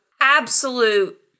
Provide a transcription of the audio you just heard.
absolute